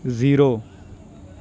zero